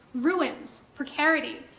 ruins, precarity,